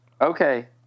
Okay